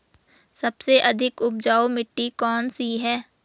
सबसे अधिक उपजाऊ मिट्टी कौन सी है?